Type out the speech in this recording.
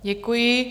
Děkuji.